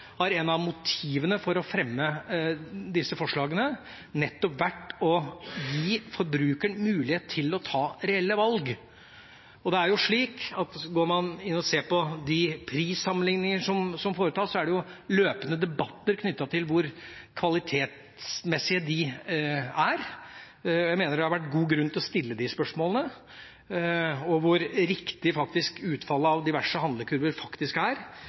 har et av motivene for å fremme disse forslagene nettopp vært å gi forbrukeren mulighet til å ta reelle valg. Går man inn og ser på de prissammenligninger som foretas, er det jo løpende debatter om hvor gode de er kvalitetsmessig. Jeg mener det har vært god grunn til å stille spørsmål ved hvor riktig utfallet av diverse handlekurver faktisk er.